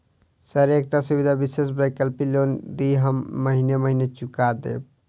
Sir एकटा सुविधा विशेष वैकल्पिक लोन दिऽ हम महीने महीने चुका देब?